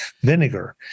Vinegar